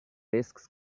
risks